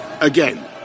again